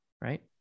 right